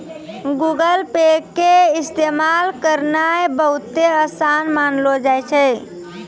Google Pay के इस्तेमाल करनाय बहुते असान मानलो जाय छै